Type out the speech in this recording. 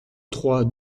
trois